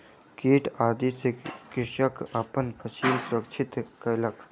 कीट आदि सॅ कृषक अपन फसिल सुरक्षित कयलक